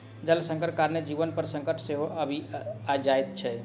जल संकटक कारणेँ जीवन पर संकट सेहो आबि जाइत छै